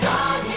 God